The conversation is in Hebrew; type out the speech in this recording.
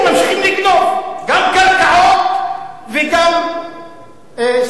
גם קרקעות וגם סובסידיה ציבורית.